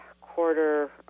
quarter